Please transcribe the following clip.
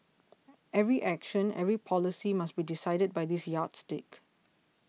every action every policy must be decided by this yardstick